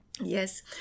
Yes